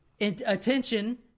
attention